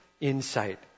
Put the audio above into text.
Insight